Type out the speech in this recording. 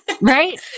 Right